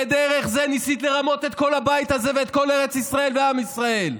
דרך זה ניסית לרמות את כל הבית הזה ואת כל ארץ ישראל ועם ישראל,